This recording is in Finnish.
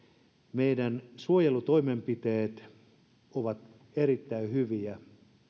meidän suojelutoimenpiteemme ovat erittäin hyviä